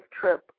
trip